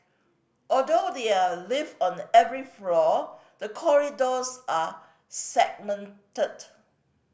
although there are lift on every floor the corridors are segmented